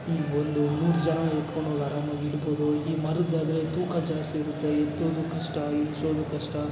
ಈ ಒಂದು ಮೂರು ಜನ ಎತ್ಕೊಂಡು ಹೋಗಿ ಆರಾಮಾಗಿ ಇಡ್ಬೋದು ಈ ಮರದ್ದಾದರೆ ತೂಕ ಜಾಸ್ತಿ ಇರುತ್ತೆ ಎತ್ತೋದು ಕಷ್ಟ ಇಳಿಸೋದು ಕಷ್ಟ